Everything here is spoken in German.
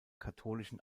katholischen